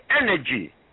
energy